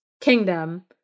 kingdom